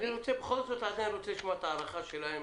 אני בכל זאת עדיין רוצה לשמוע את ההערכה שלהם